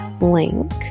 link